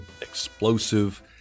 explosive